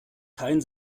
kein